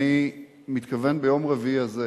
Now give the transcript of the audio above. אני מתכוון ביום רביעי הזה